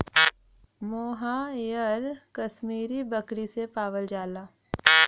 मोहायर कशमीरी बकरी से पावल जाला